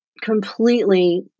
completely